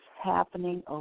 happening